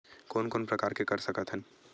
कोन कोन प्रकार के कर सकथ हन?